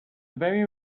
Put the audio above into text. very